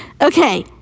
Okay